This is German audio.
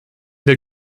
der